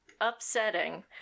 upsetting